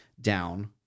down